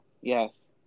yes